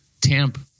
tamp